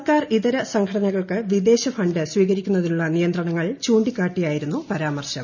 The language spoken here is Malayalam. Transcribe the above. സർക്കാർ നേരത്തെ ഇതരസംഘടനകൾക്ക് വിദേശഫണ്ട് സ്വീകരിക്കുന്നതിലുള്ള നിയന്ത്രണങ്ങൾ ചൂണ്ടിക്കാട്ടിയായിരുന്നു പരാമർശം